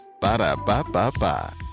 Ba-da-ba-ba-ba